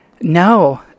No